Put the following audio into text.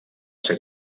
ser